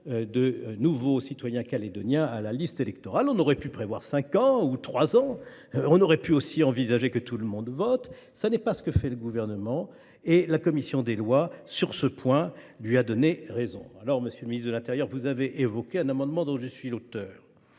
de nouveaux citoyens calédoniens à la liste électorale. On aurait pu prévoir cinq ans ou trois ans. On aurait pu aussi envisager que tout le monde vote. Le Gouvernement n’a pas fait ce choix et, sur ce point, la commission des lois lui a donné raison. Monsieur le ministre de l’intérieur, vous avez évoqué un amendement dont je suis l’auteur.